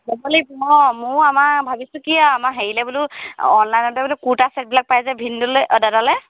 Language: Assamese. ল'ব লাগিব অঁ মইও আমাৰ ভাবিছোঁ কি আমাৰ হেৰিলে বোলো অনলাইনতে বোলো কুৰ্টা ছেটবিলাক পাই যে ভিনদেউলৈ দাদালৈ